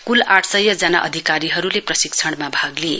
कूल आठसय जना अधिकारीहरूले प्रशिक्षणमा भाग लिए